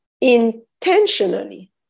intentionally